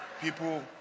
people